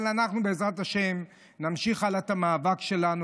אבל אנחנו בעזרת השם נמשיך הלאה את המאבק שלנו.